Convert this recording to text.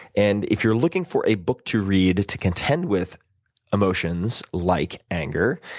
and if you're looking for a book to read to contend with emotions like anger,